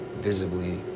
visibly